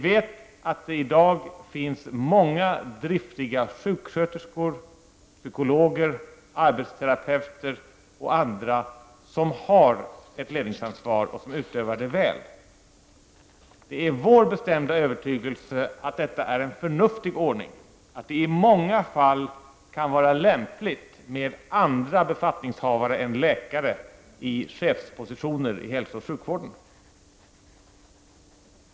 Det finns i dag många driftiga sjuksköterskor, psykologer, arbetsterapeuter och andra som har ett ledningsansvar och som utövar det väl. Det är vår bestämda övertygelse att detta är en förnuftig ordning, att det i många fall kan vara lämpligt med andra befattningshavare än läkare i chefspositioner i hälsooch sjukvården.